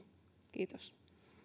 kiitos